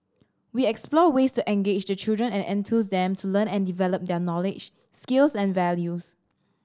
we explore ways to engage the children and enthuse them to learn and develop their knowledge skills and values